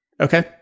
okay